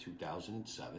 2007